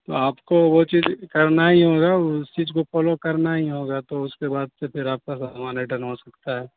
تو آپ کو وہ چیز کرنا ہی ہوگا اس چیز کو فالو کرنا ہی ہوگا تو اس کے بعد سے پھر آپ کا سامان ریٹرن ہو سکتا ہے